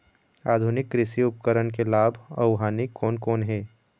आधुनिक कृषि उपकरण के लाभ अऊ हानि कोन कोन हे?